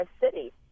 city